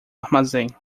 armazém